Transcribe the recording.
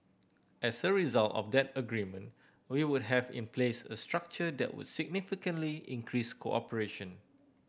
as a result of that agreement we would have in place a structure that would significantly increase cooperation